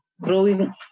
growing